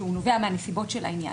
שהוא נובע מהנסיבות של העניין,